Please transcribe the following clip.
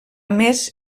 més